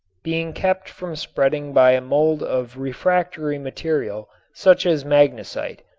being kept from spreading by a mold of refractory material such as magnesite.